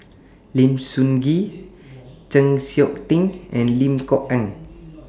Lim Sun Gee Chng Seok Tin and Lim Kok Ann